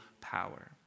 power